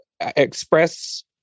express